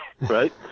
right